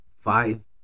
Five